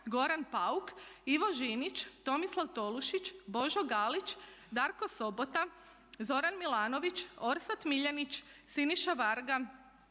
Goran Pauk, Ivo Žinić, Tomislav Tolušić, Božo Galić, Darko Sobota, Zoran Milanović, Orsat Miljenić, Siniša Varga,